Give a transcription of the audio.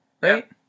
Right